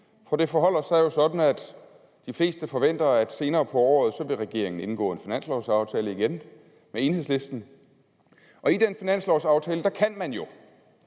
For det forholder sig jo sådan, at de fleste forventer, at senere på året vil regeringen igen indgå en finanslovsaftale med Enhedslisten, og i den finanslovsaftale kan man jo,